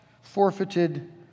forfeited